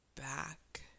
back